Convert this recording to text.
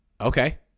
Okay